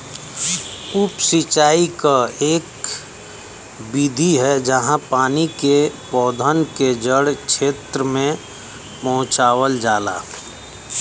उप सिंचाई क इक विधि है जहाँ पानी के पौधन के जड़ क्षेत्र में पहुंचावल जाला